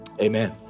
Amen